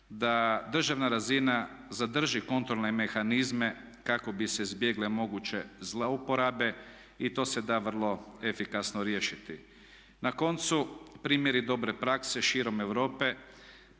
da državna razina zadrži kontrolne mehanizme kako bi se izbjegle moguće zlouporabe. To se da vrlo efikasno riješiti. Na koncu, primjeri dobre prakse širom Europe